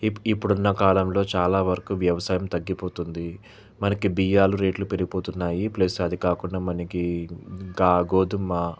ఇప్ ఇప్పుడున్న కాలంలో చాలా వరకు వ్యవసాయం తగ్గిపోతుంది మనకి బియ్యాలు రేట్లు పెరిపోతున్నాయి ప్లస్ అది కాకుండా మనకి ఇంకా గోధుమ